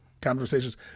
conversations